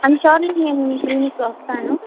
I am sure నేను మీ క్లినిక్కి వస్తాను